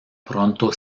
pronto